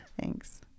thanks